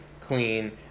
clean